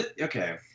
Okay